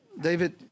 David